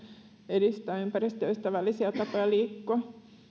edistää ympäristöystävällisiä tapoja liikkua